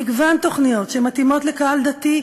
מגוון תוכניות שמתאימות לקהל דתי,